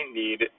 need